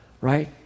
right